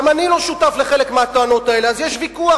גם אני לא שותף לחלק מהטענות האלה, אז יש ויכוח.